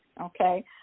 okay